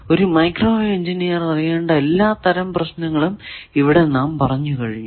ഒരു microwave engineer അറിയേണ്ട എല്ലാ തരം പ്രശ്നങ്ങളും ഇവിടെ നാം പറഞ്ഞു